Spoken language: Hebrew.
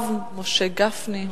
הרב משה גפני.